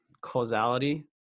causality